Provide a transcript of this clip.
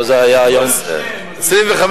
אבל זה היה היום, תדבר על שניהם, אדוני.